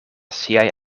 siaj